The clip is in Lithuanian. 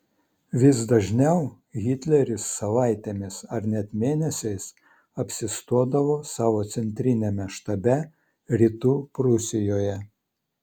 vis dažniau hitleris savaitėmis ar net mėnesiais apsistodavo savo centriniame štabe rytų prūsijoje